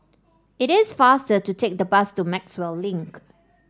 it is faster to take the bus to Maxwell Link